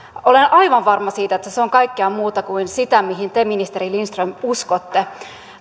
olen aivan varma siitä että se se on kaikkea muuta kuin sitä mihin te ministeri lindström uskotte